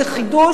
זה חידוש,